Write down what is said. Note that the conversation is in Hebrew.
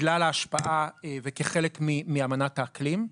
בגלל ההשפעה וכחלק מאמנת האקלים,